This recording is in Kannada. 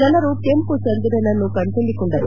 ಜನರು ಕೆಂಪು ಚಂದಿರನನ್ನು ಕಣ್ತುಂಬಿಕೊಂಡರು